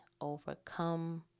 overcome